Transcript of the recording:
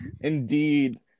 Indeed